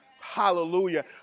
Hallelujah